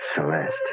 Celeste